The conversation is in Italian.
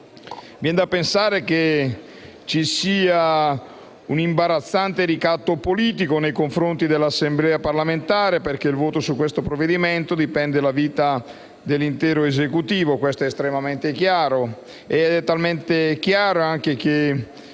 Viene da pensare che ci sia un imbarazzante ricatto politico nei confronti dell'Assemblea parlamentare, perché dal voto sul provvedimento in esame dipende la vita dell'intero Esecutivo. Questo è estremamente chiaro